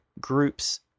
groups